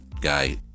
guy